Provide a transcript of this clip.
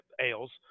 ales